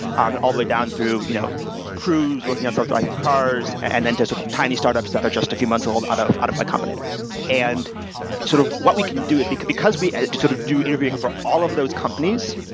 all the way down through you know cruise, working on self-driving cars and then to sort of tiny startups that are just a few months old out of out of y combinator. and sort of what we can do is because because we do sort of do interviewing for all of those companies,